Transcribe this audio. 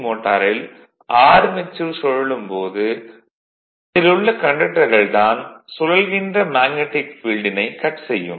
மோட்டாரில் ஆர்மெச்சூர் சுழலும் போது அதில் உள்ள கண்டக்டர்கள் தான் சுழல்கின்ற மேக்னடிக் ஃபீல்டினை கட் செய்யும்